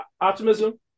optimism